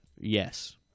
Yes